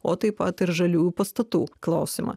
o taip pat ir žaliųjų pastatų klausimą